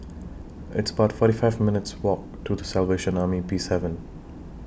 It's about forty five minutes' Walk to The Salvation Army Peacehaven